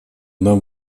нам